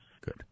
Good